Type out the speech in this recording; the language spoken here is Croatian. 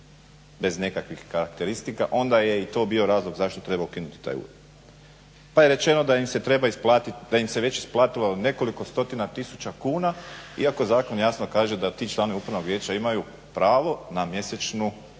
bez nekakvih karakteristika onda je i to bio razlog zašto treba ukinuti taj ured. Pa je rečeno da im se treba isplatit, da im se već isplatilo nekoliko stotina tisuća kuna iako zakon jasno kaže da ti članovi upravnog vijeća imaju pravo na mjesečnu